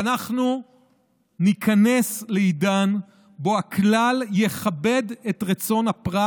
ואנחנו ניכנס לעידן שבו הכלל יכבד את רצון הפרט